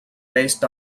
based